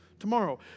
Tomorrow